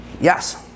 Yes